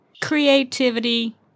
creativity